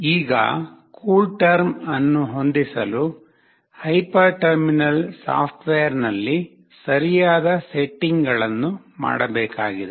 ಈಗ ಕೂಲ್ಟೆರ್ಮ್ ಅನ್ನು ಹೊಂದಿಸಲು ಹೈಪರ್ ಟರ್ಮಿನಲ್ ಸಾಫ್ಟ್ವೇರ್ನಲ್ಲಿ ಸರಿಯಾದ ಸೆಟ್ಟಿಂಗ್ಗಳನ್ನು ಮಾಡಬೇಕಾಗಿದೆ